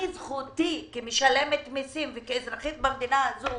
וזכותי כמשלמת מיסים וכאזרחית במדינה הזו